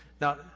Now